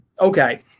okay